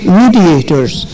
mediators